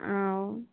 ହଉ